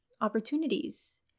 opportunities